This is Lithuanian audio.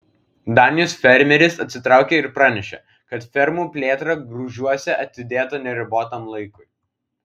danijos fermeris atsitraukė ir pranešė kad fermų plėtra grūžiuose atidėta neribotam laikui